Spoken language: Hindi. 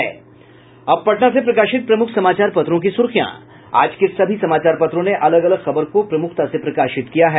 अब पटना से प्रकाशित प्रमुख समाचार पत्रों की सुर्खियां आज के सभी समाचार पत्रों ने अलग अलग खबर को प्रमुखता से प्रकाशित किया है